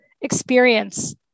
experience